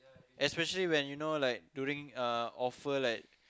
especially when you know like during a offer like